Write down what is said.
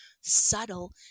subtle